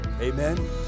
Amen